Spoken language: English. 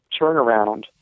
turnaround